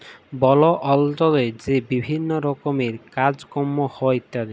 বল অল্চলে যে বিভিল্ল্য রকমের কাজ কম হ্যয় ইত্যাদি